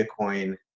Bitcoin